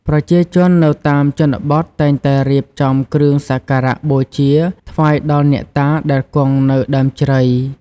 ប្រជាជននៅតាមជនបទតែងតែរៀបចំគ្រឿងសក្ការៈបូជាថ្វាយដល់អ្នកតាដែលគង់នៅដើមជ្រៃ។